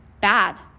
bad